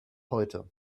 heute